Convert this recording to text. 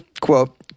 quote